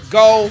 go